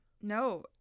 no